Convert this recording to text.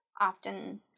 often